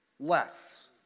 Less